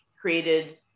created